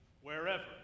wherever